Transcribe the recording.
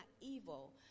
evil